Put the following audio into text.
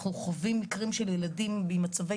אנחנו חווים מקרים של ילדים עם מצבי